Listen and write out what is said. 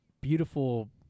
beautiful